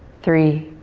three,